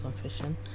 confession